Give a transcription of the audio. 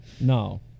no